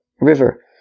river